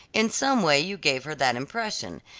in some way you gave her that impression,